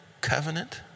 covenant